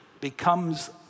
becomes